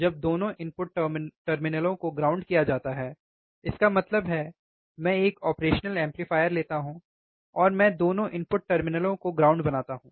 जब दोनों इनपुट टर्मिनलों को ग्राउंड किया जाता है इसका मतलब है मैं एक ऑपरेशनल एम्पलीफायर लेता हूं और मैं दोनों इनपुट टर्मिनलों को ग्राउंड बनाता हूं